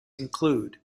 include